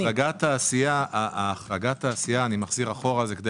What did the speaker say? החרגת תעשייה אני מחזיר אחורה זה כדי